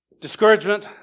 discouragement